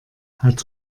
hat